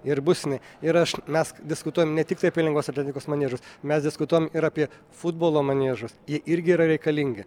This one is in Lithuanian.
ir bus jinai ir aš mes diskutuojam ne tiktai apie lengvosios atletikos maniežus mes diskutuojam ir apie futbolo maniežus jie irgi yra reikalingi